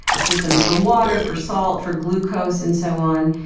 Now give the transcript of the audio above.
ah systems for water, for salt, for glucose and so on,